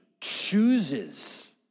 chooses